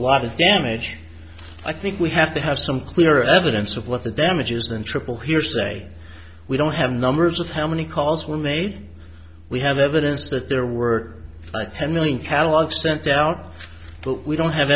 lot of damage i think we have to have some clear evidence of what the damages and triple hearsay we don't have numbers of how many calls were made we have evidence that there were ten million catalogs sent out but we don't have